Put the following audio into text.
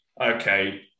okay